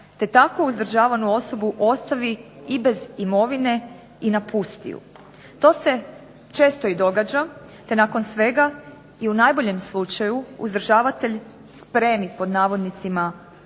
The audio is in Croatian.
te tako uzdržavanu osobu ostavi i bez imovine i napusti ju. To se često i događa, te nakon svega i u najboljem slučaju uzdržavatelj spremi pod navodnicima